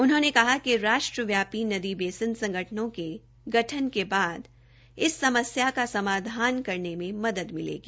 उन्होंने कहा कि राष्ट्रव्यापी नदी बेसिन संगठनों के गठन के बाद इस समस्या का समाधन करने में मदद मिलेगी